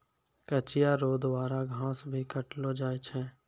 कचिया रो द्वारा घास भी काटलो जाय छै